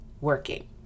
working